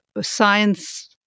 science